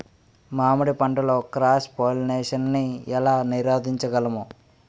మామిడి పంటలో cross pollination నీ ఏల నీరోధించగలము?